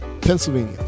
Pennsylvania